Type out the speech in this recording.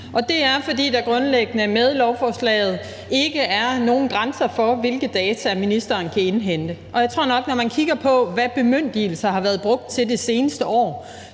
Det er, fordi der grundlæggende med lovforslaget ikke er nogen grænser for, hvilke data ministeren kan indhente. Jeg tror nok, at når man kigger på, hvad bemyndigelser har været brugt til det seneste år,